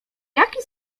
jaki